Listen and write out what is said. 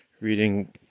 reading